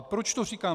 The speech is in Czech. Proč to říkám?